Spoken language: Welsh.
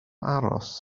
aros